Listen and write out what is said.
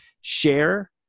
share